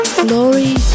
glory